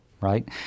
right